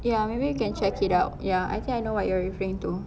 ya maybe we can check it out ya I think I know what you are referring to